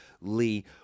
Lee